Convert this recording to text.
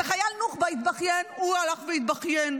איזה חייל נוח'בה התבכיין, הוא הלך והתבכיין,